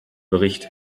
bericht